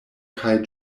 kaj